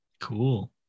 Cool